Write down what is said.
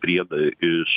priedą iš